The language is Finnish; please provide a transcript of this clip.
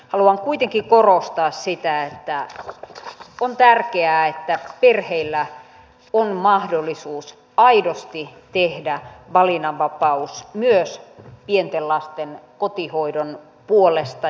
haluan kuitenkin korostaa sitä että on tärkeää että perheillä on mahdollisuus aidosti valinnanvapauteen myös pienten lasten kotihoidon puolesta